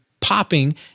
popping